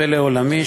פלא עולמי,